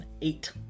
Eight